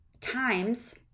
times